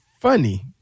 funny